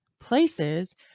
places